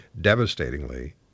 devastatingly